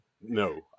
no